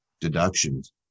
deductions